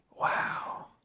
wow